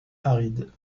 aride